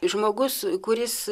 žmogus kuris